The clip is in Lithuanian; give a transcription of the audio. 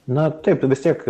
na taip tu vis tiek